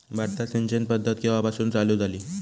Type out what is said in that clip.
भारतात सिंचन पद्धत केवापासून चालू झाली?